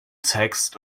text